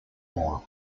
more